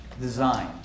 design